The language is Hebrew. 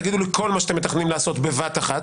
תגידו לי כל מה שאתם מתכננים לעשות בבת אחת,